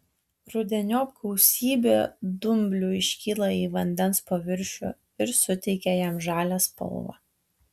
rudeniop gausybė dumblių iškyla į vandens paviršių ir suteikia jam žalią spalvą